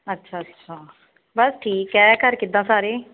ਅੱਛਾ ਅੱਛਾ ਬਸ ਠੀਕ ਹੈ ਘਰ ਕਿੱਦਾਂ ਸਾਰੇ